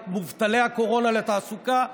את מובטלי הקורונה לתעסוקה,